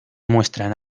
muestran